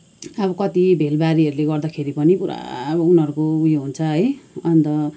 अब कति भेलबाढीहरूले गर्दाखेरि पनि पुरा उनीहरूको उयो हुन्छ है अन्त